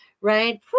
right